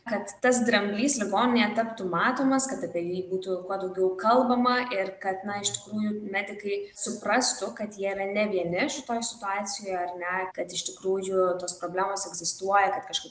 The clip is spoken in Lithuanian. kad tas dramblys ligoninėje taptų matomas kad apie jį būtų kuo daugiau kalbama ir kad iš tikrųjų medikai suprastų kad jie yra ne vieni šitoj situacijoj ar ne kad iš tikrųjų tos problemos egzistuoja kad kažkaip